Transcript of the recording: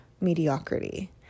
mediocrity